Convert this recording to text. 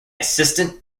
assistant